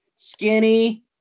Skinny